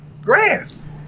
grass